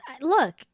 look